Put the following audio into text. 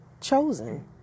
chosen